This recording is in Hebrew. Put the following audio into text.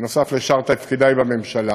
נוסף על שאר תפקידי בממשלה,